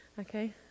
okay